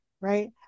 Right